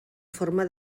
forma